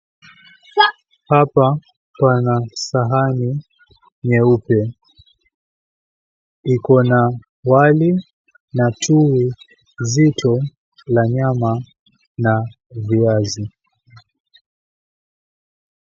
Hapa pana sahani nyeupe iko na wali na tui nzito la nyama na viazi.